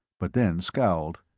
but then scowled.